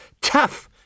Tough